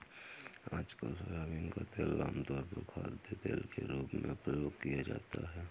आजकल सोयाबीन का तेल आमतौर पर खाद्यतेल के रूप में प्रयोग किया जाता है